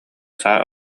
саа